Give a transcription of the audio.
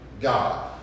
God